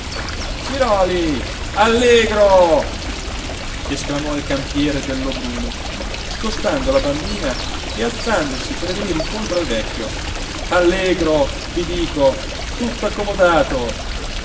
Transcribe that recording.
mese siròli allegro esclamò il campiere del lobruno scostando la bambina e alzandosi per venire incontro al vecchio allegro vi dico tutto accomodato